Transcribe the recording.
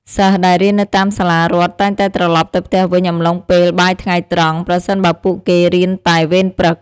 សិស្សដែលរៀននៅតាមសាលារដ្ឋតែងតែត្រឡប់ទៅផ្ទះវិញអំឡុងពេលបាយថ្ងៃត្រង់ ប្រសិនបើពួកគេរៀនតែវេនព្រឹក។